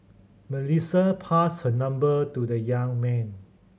Melissa passed her number to the young man